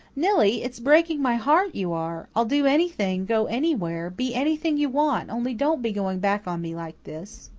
nillie, it's breaking my heart you are! i'll do anything go anywhere be anything you want only don't be going back on me like this.